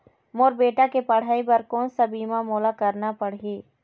मोर बेटा के पढ़ई बर कोन सा बीमा मोला करना पढ़ही?